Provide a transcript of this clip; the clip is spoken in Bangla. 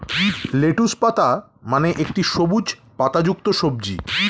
লেটুস পাতা মানে একটি সবুজ পাতাযুক্ত সবজি